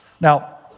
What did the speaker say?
Now